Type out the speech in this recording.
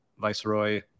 viceroy